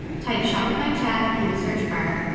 type shopify chat in the search bar.